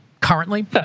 currently